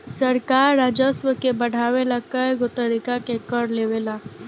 सरकार राजस्व के बढ़ावे ला कएगो तरीका के कर लेवेला